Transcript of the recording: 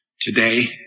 today